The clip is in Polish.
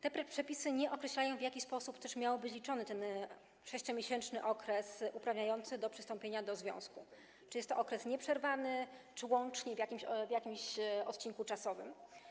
Te przepisy nie określają, w jaki sposób miałby być liczony ten 6-miesięczny okres uprawniający do przystąpienia do związku - czy jest to okres nieprzerwany, czy łączny, w jakimś odcinku czasowym.